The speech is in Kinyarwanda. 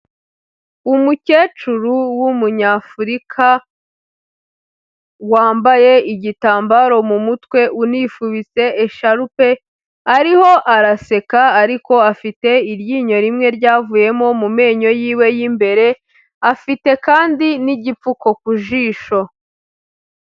Umukecuru w'umunyafurika, wambaye igitambaro mu mutwe unifubitse esharupe, ariho araseka ariko afite iryinyo rimwe ryavuyemo mu menyo yiwe y'imbere, afite kandi n'igipfuko ku jisho.